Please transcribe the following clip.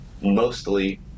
mostly